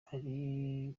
hari